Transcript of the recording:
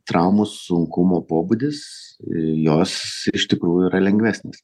traumų sunkumo pobūdis jos iš tikrųjų yra lengvesnis